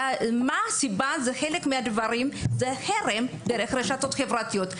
חלק מהסיבות זה חרם דרך הרשתות החברתיות.